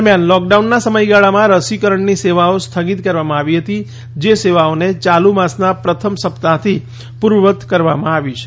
દરમ્યાન લોકડાઉનના સમયગાળામાં રસીકરણની સેવાઓ સ્થગીત કરવામાં આવી હતી જે સેવાઓને ચાલુ માસના પ્રથમ સપ્તાહથી પૂર્વવત કરવામાં આવી છે